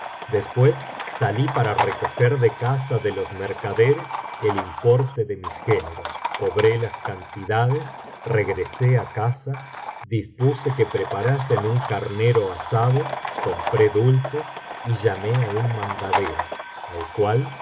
después salí para recoger de casa de los mercaderes el importe de mis géneros cobré las cantidades regresé á casa dispuse que preparasen un carnero asado compré dulces y llamé á un mandadero al cual